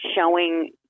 showing –